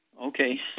Okay